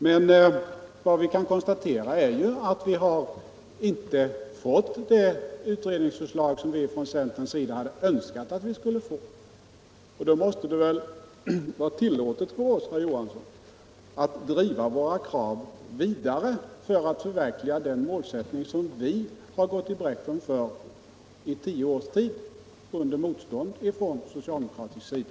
Men vad vi kan konstatera är ju att vi inte har fått det utredningsförslag som vi från centern har Önskat att vi skulle få. Då måste det väl vara tillåtet för oss, herr Johansson i Trollhättan, att driva våra krav vidare för att söka förverkliga det mål som vi har gått i bräschen för i tio år under motstånd från socialdemokraterna.